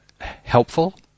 helpful